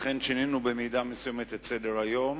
לכן שינינו במידה מסוימת את סדר-היום,